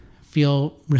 feel